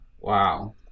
Wow